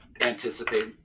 anticipate